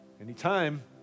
anytime